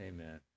Amen